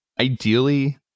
ideally